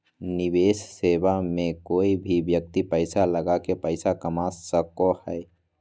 निवेश सेवा मे कोय भी व्यक्ति पैसा लगा के पैसा कमा सको हय